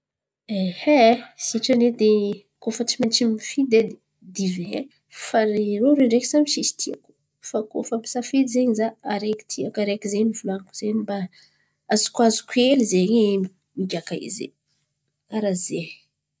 Ay sitrany edy koa fa tsy maintsy mifidy edy divay fa rô roe ndraiky samby tsisy tiako. Fa koa misafidy araiky tiako araiky zen̈y volan̈iko izey mba azokoazoko ely zen̈y oe migiaka izy karà ze.